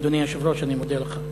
אדוני היושב-ראש, אני מודה לך.